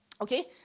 okay